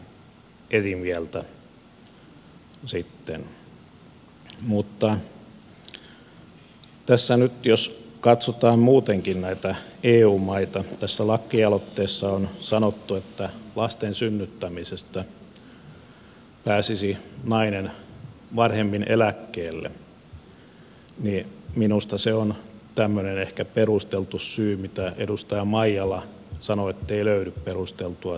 mutta tässä nyt jos katsotaan muutenkin näitä eu maita kun lakialoitteessa on sanottu että lasten synnyttämisestä pääsisi nainen varhemmin eläkkeelle niin minusta se on ehkä tämmöinen perusteltu syy kun edustaja maijala sanoi ettei löydy perusteltua syytä